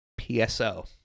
PSO